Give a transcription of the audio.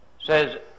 says